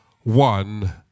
one